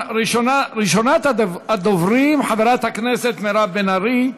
ראשונת הדוברים, חברת הכנסת מירב בן ארי,